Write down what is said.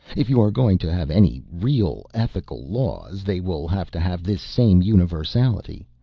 if you are going to have any real ethical laws they will have to have this same universality.